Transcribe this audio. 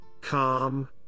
calm